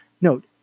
Note